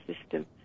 system